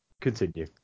Continue